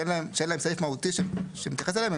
שאין להן סעיף מהותי שמתייחס אליהן,